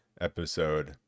episode